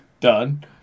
Done